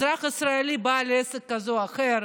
אזרח ישראלי בעל עסק כזה או אחר,